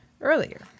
earlier